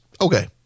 Okay